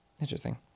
Interesting